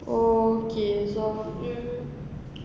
okay so mm